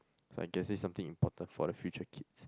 so I guess this is something important for the future kids